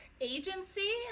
agency